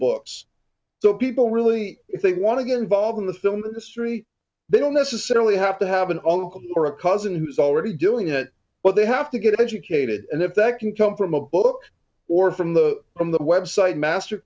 books so people really if they want to get involved in the film industry they don't necessarily have to have an uncle or a cousin who's already doing it but they have to get educated and effect can come from a book or from the from the website master